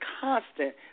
constant